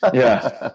ah yeah,